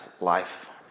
life